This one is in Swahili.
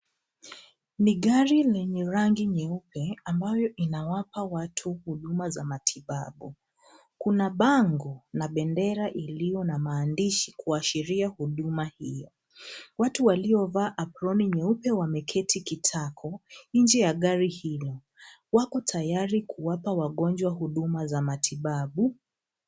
Ni gari lenye rangi nyeupe ambayo inawapa watu huduma za matibabu. Kuna bango na bendera iliyo na maandishi kuashiria huduma hiyo. Watu waliovaa aproni nyeupe wameketi kitako nje ya gari hiyo. Wako tayari kuwapa wagonjwa huduma za matibabu.